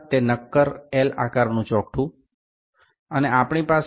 প্রথম উপাদানটি হল শক্ত L আকৃতির কাঠামো